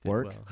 Work